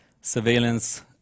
surveillance